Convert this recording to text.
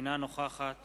אינה נוכחת